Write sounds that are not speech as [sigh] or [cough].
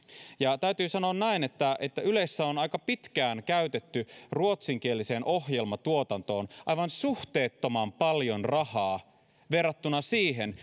täytyy sanoa että että ylessä on aika pitkään käytetty ruotsinkieliseen ohjelmatuotantoon aivan suhteettoman paljon rahaa verrattuna siihen [unintelligible]